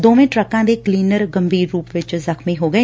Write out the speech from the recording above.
ਦੋਵੇ ਟਰੱਕਾਂ ਦੇ ਕਲੀਨਰ ਗੰਭੀਰ ਰੁਪ ਵਿਚ ਜਖ਼ਮੀ ਹੋ ਗਏ